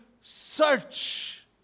search